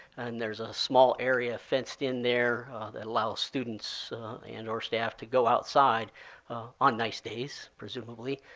and there's a small area fenced in there that allows students and or staff to go outside on nice days, presumably,